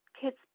kids